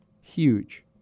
Huge